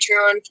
Patreon